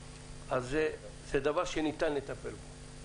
אז זה דבר שניתן לטפל בו,